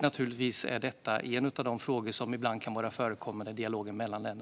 Naturligtvis är detta en av de frågor som ibland kan vara förekommande i dialogen mellan länderna.